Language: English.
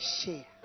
share